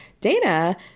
Dana